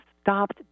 stopped